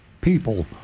people